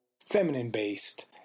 feminine-based